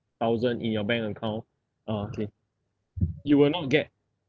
thousand in your bank account ah okay you will not get